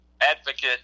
advocate